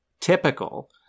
typical